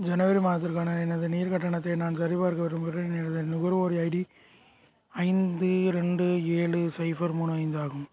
ஜனவரி மாதத்திற்கான எனது நீர் கட்டணத்தை நான் சரிபார்க்க விரும்புகிறேன் எனது நுகர்வோர் ஐடி ஐந்து ரெண்டு ஏழு சைஃபர் மூணு ஐந்து ஆகும்